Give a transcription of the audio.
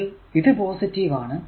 അതിൽ ഇത് പോസിറ്റീവ് ആണ്